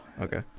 Okay